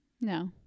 No